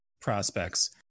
prospects